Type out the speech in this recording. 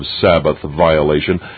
Sabbath-violation